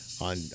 On